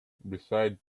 besides